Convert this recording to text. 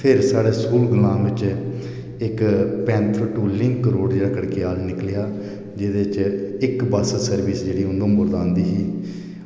फिर साढ़े स्कूल ग्रां बिच इक पैंथल टू लिंक रोड़ जेह्ड़ा खड़गयाल निकलेआ जेह्दे च इक बस सर्विस जेह्ड़ी उधमपुर दा औंदी ही